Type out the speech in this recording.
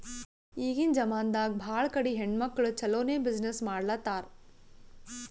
ಈಗಿನ್ ಜಮಾನಾದಾಗ್ ಭಾಳ ಕಡಿ ಹೆಣ್ಮಕ್ಕುಳ್ ಛಲೋನೆ ಬಿಸಿನ್ನೆಸ್ ಮಾಡ್ಲಾತಾರ್